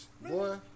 boy